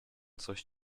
coś